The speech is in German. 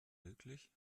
wirklich